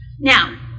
Now